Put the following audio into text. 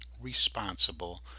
responsible